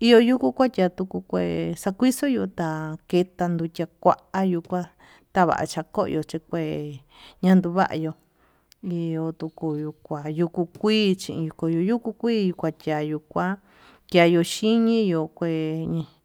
iha ika yakua kuvi uu kue xakixu yuu ta'a ketan nduchia kua yuu kua tavacha koyo chi kué, ñandun vayuu iho yuu tukuyu kua yuu kuu kui chi yukuu kui ikuachuayu kua kiayu xhiniyu kué.